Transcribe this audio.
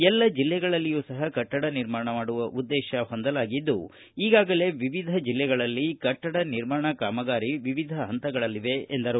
ಎಲ್ಲ ಜಿಲ್ಲೆಗಳಲ್ಲಿಯೂ ಸಹ ಕಟ್ಟಡ ನಿರ್ಮಾಣ ಮಾಡುವ ಉದ್ಲೇತ ಹೊಂದಿಲಾಗಿದೆ ಈಗಾಗಲೇ ವಿವಿಧ ಜಿಲ್ಲೆಗಳಲ್ಲಿ ಕಟ್ಟಡ ನಿರ್ಮಾಣ ಕಾಮಗಾರಿ ವಿವಿಧ ಹಂತಗಳಲ್ಲಿವೆ ಎಂದರು